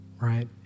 right